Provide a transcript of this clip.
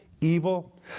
evil